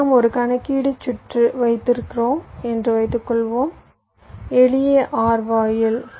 இங்கே நாம் ஒரு கணக்கீட்டு சுற்று வைத்திருக்கிறோம் என்று வைத்துக்கொள்வோம் எளிய OR வாயில்